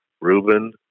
Reuben